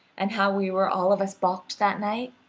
and how we were all of us balked that night?